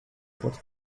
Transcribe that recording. what